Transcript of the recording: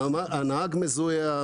הנהג מזוהה,